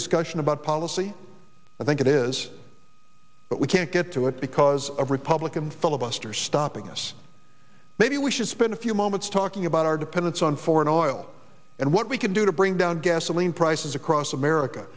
discussion about policy i think it is but we can't get to it because a republican filibuster stopping us maybe we should spend a few moments talking about our dependence on foreign oil and what we can do to bring down gasoline prices across america